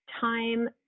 time